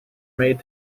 made